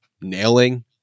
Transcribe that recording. nailing